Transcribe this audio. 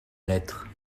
lettre